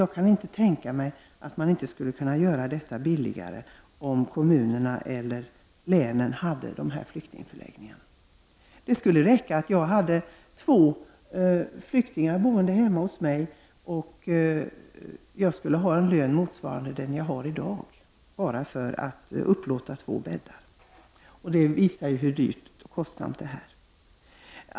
Jag kan inte tänka mig att det inte skulle kunna bli billigare om kommunera eller länen hade hand om flyktingförläggningarna. Det skulle räcka att jag hade två flyktingar boende hemma hos mig för att jag skulle ha en lön motsvarande den jag har i dag -- bara för att upplåta två bäddar. Det visar ju hur dyrt det är.